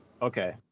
Okay